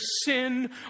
sin